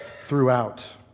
throughout